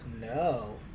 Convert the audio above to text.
no